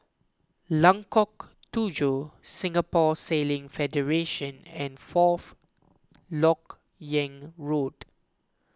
Lengkok Tujoh Singapore Sailing Federation and Fourth Lok Yang Road